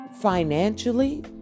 financially